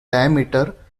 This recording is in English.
diameter